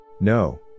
No